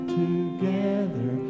together